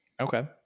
okay